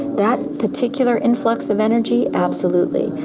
that particular influx of energy absolutely.